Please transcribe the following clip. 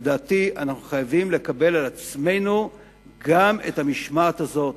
לדעתי אנחנו חייבים לקבל על עצמנו גם את המשמעת הזאת,